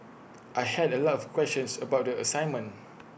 I had A lot of questions about the assignment